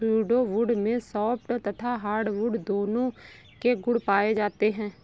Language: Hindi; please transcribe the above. स्यूडो वुड में सॉफ्ट तथा हार्डवुड दोनों के गुण पाए जाते हैं